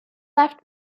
left